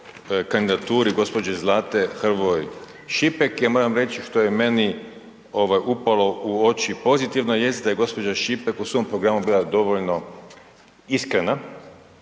kandidaturi gospođe Zlate Hrvoj Šipek i ja moram reći što je meni upalo u oči pozitivno, jest da je gospođa Šipek u svom programu bila dovoljno iskrena